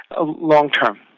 long-term